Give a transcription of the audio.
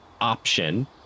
option